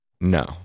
no